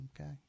Okay